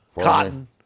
Cotton